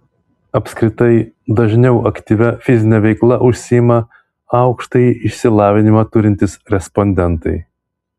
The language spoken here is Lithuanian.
apskritai dažniau aktyvia fizine veikla užsiima aukštąjį išsilavinimą turintys respondentai